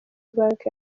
banki